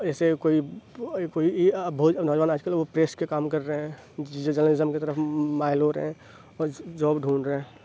ایسے کوئی کوئی بہت نوجوان آج کل پریس کا کام کر رہے ہیں جرنلزم کی طرف مائل ہو رہے ہیں اور جاپ ڈھونڈ رہے ہیں